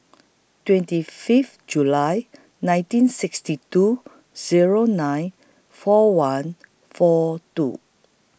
twenty Fifth July nineteen sixty two Zero nine four one four two